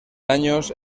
años